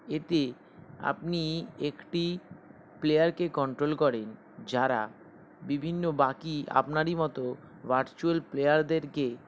এতে আপনি একটি প্লেয়ারকে কন্ট্রোল করেন যারা বিভিন্ন বাকি আপনারই মতো ভার্চুয়াল প্লেয়ারদেরকে